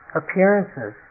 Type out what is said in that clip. appearances